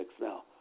now